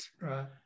Right